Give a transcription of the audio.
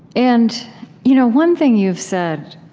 and you know one thing you've said,